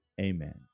Amen